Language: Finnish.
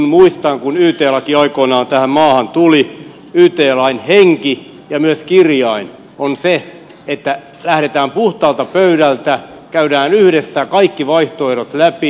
muistan kun yt laki aikoinaan tähän maahan tuli yt lain henki ja myös kirjain oli se että lähdetään puhtaalta pöydältä käydään yhdessä kaikki vaihtoehdot läpi